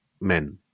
men